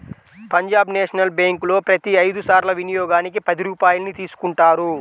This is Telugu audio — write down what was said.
పంజాబ్ నేషనల్ బ్యేంకులో ప్రతి ఐదు సార్ల వినియోగానికి పది రూపాయల్ని తీసుకుంటారు